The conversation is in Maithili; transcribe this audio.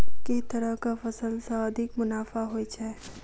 केँ तरहक फसल सऽ अधिक मुनाफा होइ छै?